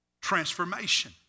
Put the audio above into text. transformation